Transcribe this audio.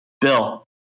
Bill